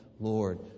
Lord